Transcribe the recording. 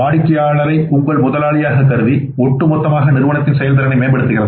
வாடிக்கையாளரை உங்கள் முதலாளியாகக் கருதி ஒட்டுமொத்தமாக நிறுவனத்தின் செயல்திறனை மேம்படுத்துகிறது